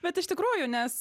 bet iš tikrųjų nes